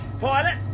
Pilot